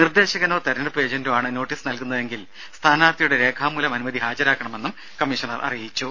നിർദേശകനോ തെരഞ്ഞെടുപ്പ് ഏജന്റോ ആണ് നോട്ടീസ് നൽകുന്നതെങ്കിൽ സ്ഥാനാർത്ഥിയുടെ രേഖാമൂലം അനുമതി ഹാജരാക്കണമെന്നും കമ്മീഷണർ അറിയിച്ചു